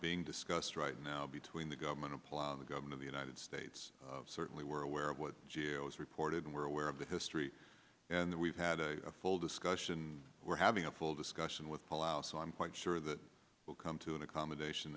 being discussed right now between the government apply the governor of the united states certainly were aware of what was reported and we're aware of the history that we've had a full discussion we're having a full discussion with allow so i'm quite sure that we'll come to an accommodation